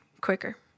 quicker